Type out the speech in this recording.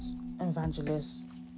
evangelists